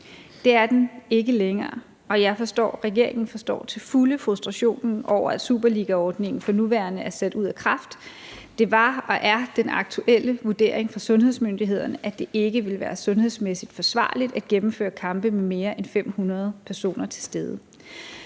Det er den ikke længere, og jeg forstår og regeringen forstår til fulde frustrationen over, at superligaordningen for nuværende er sat ud af kraft. Det var og er den aktuelle vurdering fra sundhedsmyndighedernes side, at det ikke vil være sundhedsmæssigt forsvarligt at gennemføre kampe med mere end 500 personer til stede.